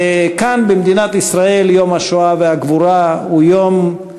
וכאן, במדינת ישראל, יום השואה והגבורה הוא יום,